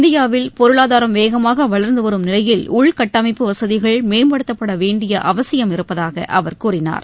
இந்தியாவில் பொருளாதாரம் வேகமாக வள்ந்து வரும் நிலையில் உள்கட்டமைப்பு வசதிகள் மேம்படுத்தப்பட வேண்டிய அவசியம் இருப்பதாக அவர் கூறினார்